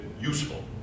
useful